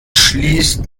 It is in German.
schließt